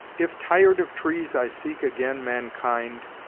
if tired of trees i seek again mankind,